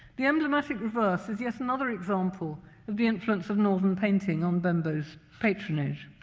the emblematic reverse is yet another example of the influence of northern painting on bembo's patronage.